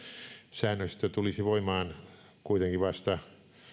säännöstö tulisi voimaan kuitenkin vasta